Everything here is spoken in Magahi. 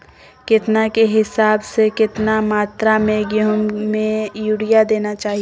केतना के हिसाब से, कितना मात्रा में गेहूं में यूरिया देना चाही?